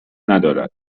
ندارد